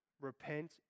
Repent